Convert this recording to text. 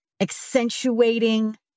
accentuating